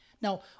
Now